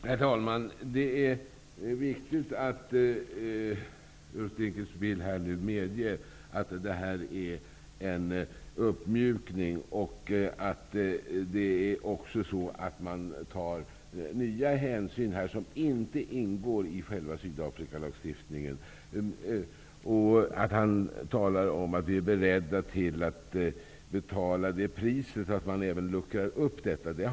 Herr talman! Det är viktigt att Ulf Dinkelspiel här nu medger att det är fråga om en uppmjukning. Regeringen tar också nya hänsyn som inte ingår i själva Sydafrikalagstiftningen. Han talar om att vi är beredda att betala priset att man luckrar upp tillämpningen.